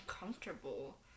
uncomfortable